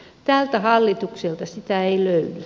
tältä hallitukselta sitä ei löydy